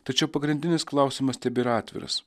tačiau pagrindinis klausimas tebėra atviras